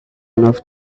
enough